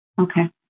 Okay